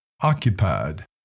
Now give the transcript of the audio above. occupied